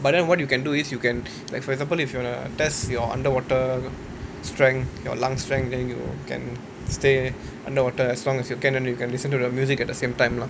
but then what you can do is you can like for example if you wanna test your underwater strength your lungs strength then you can stay underwater as long as you can then you can listen to the music at the same time lah